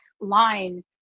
line